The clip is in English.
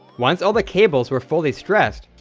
once all the cables were fully stressed,